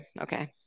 Okay